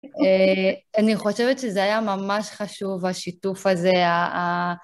אני חושבת שזה היה ממש חשוב, השיתוף הזה, ה...